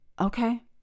Okay